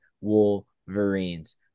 Wolverines